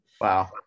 Wow